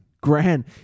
grand